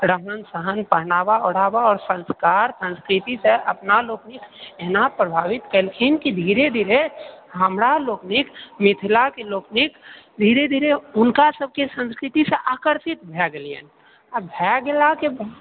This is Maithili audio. रहन सहन पहनावा ओढ़ाबा आओर संस्कार संस्कृतिसँ अपना लोकनिक एना प्रभावित केलखिन कि धीरे धीरे हमरा लोकनिक मिथिलाके लोकनिक धीरे धीरे हुनका सभके संस्कृतिसँ आकर्षित भए गेलियैन आ भए गेलाके बाद